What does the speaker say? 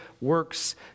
works